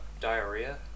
diarrhea